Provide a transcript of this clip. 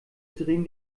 drehen